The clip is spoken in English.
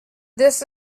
this